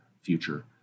future